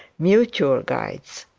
mutual guides.